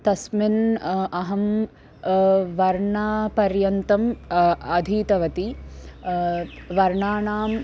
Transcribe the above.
तस्मिन् अहं वर्णपर्यन्तम् अधीतवती वर्णानाम्